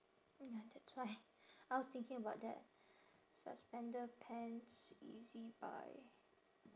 ya that's why I was thinking about that suspender pants ezbuy